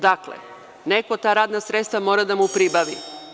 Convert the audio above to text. Dakle, neko ta radna sredstva mora da mu pribavi.